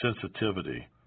sensitivity